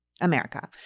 America